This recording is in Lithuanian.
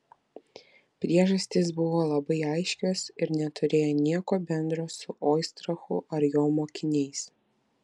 priežastys buvo labai aiškios ir neturėjo nieko bendro su oistrachu ar jo mokiniais